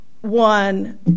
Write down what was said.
one